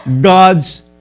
God's